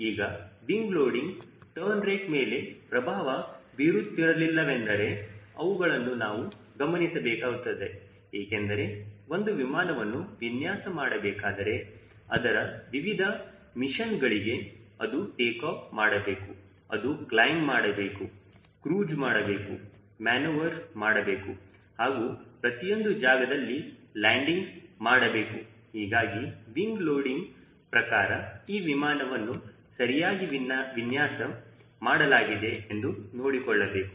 ಈಗ wing loading turn rate ಮೇಲೆ ಪ್ರಭಾವ ಬೀರುತ್ತಿರಲಿಲ್ಲವೆಂದರೆ ಅವುಗಳನ್ನು ನಾವು ಗಮನಿಸಬೇಕಾಗುತ್ತದೆ ಏಕೆಂದರೆ ಒಂದು ವಿಮಾನವನ್ನು ವಿನ್ಯಾಸ ಮಾಡಬೇಕಾದರೆ ಅದರ ವಿವಿಧ ಮಿಷನ್ಗಳಿಗೆ ಅದು ಟೇಕಾಫ್ ಮಾಡಬೇಕು ಅದು ಕ್ಲೈಮ್ ಮಾಡಬೇಕು ಕ್ರೂಜ್ ಮಾಡಬೇಕು ಮ್ಯಾನುವರ್ ಮಾಡಬೇಕು ಹಾಗೂ ಪ್ರತಿಯೊಂದು ಜಾಗದಲ್ಲಿ ಲ್ಯಾಂಡಿಂಗ್ ಮಾಡಬೇಕು ಹೀಗಾಗಿ ವಿಂಗ್ ಲೋಡಿಂಗ್ ಪ್ರಕಾರ ಈ ವಿಮಾನವು ಸರಿಯಾಗಿ ವಿನ್ಯಾಸ ಮಾಡಲಾಗಿದೆ ಎಂದು ನೋಡಿಕೊಳ್ಳಬೇಕು